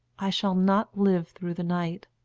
i shall not live through the night.